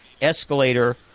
escalator